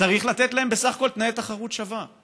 צריך לתת להם בסך הכול תנאים של תחרות שווה.